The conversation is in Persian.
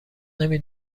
نمی